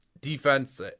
defense